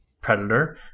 Predator